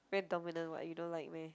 very dominant [what] you don't like meh